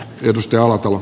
kirsti alatalo